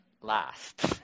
last